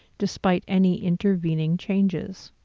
despite any intervening changes.